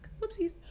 Whoopsies